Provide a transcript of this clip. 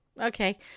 okay